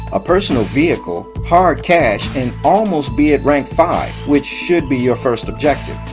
a personal vehicle, hard cash and almost be at rank five which should be your first objective.